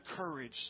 courage